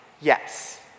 Yes